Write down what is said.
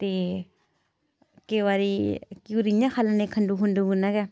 केईं बारी घ्यूर इ'यां खन्ने खंड्डू खुंड्डू कन्नै